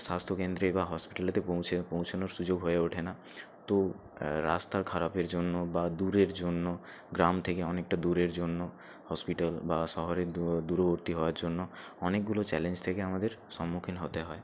স্বাস্থ্যকেন্দ্রে বা হসপিটালেতে পৌঁছে পৌঁছানোর সুযোগ হয়ে ওঠে না তো রাস্তার খারাপের জন্য বা দূরের জন্য গ্রাম থেকে অনেকটা দূরের জন্য হসপিটাল বা শহরের দূরবর্তী হওয়ার জন্য অনেকগুলো চ্যালেঞ্জ থেকে আমাদের সম্মুখীন হতে হয়